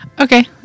Okay